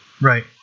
Right